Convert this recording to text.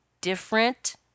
different